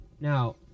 Now